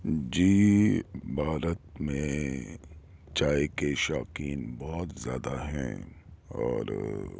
جی بھارت میں چائے کے شوقین بہت زیادہ ہیں اور